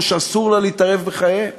או שאסור לה להתערב בחייהם?